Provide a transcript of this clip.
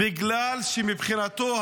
בגלל שמבחינתו,